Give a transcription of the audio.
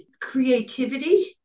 creativity